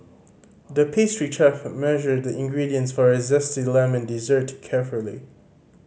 the pastry chef measured the ingredients for a zesty lemon dessert carefully